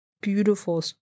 beautiful